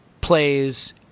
plays